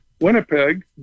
Winnipeg